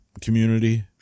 community